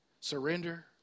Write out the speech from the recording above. surrender